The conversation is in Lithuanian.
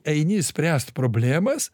eini spręst problemas